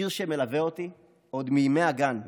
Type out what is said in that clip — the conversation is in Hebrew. שיר שמלווה אותי עוד מימי הגן,